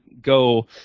go